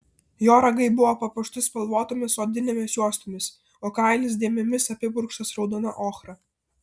jo ragai buvo papuošti spalvotomis odinėmis juostomis o kailis dėmėmis apipurkštas raudona ochra